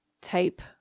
type